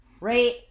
Right